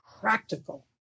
practical